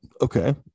okay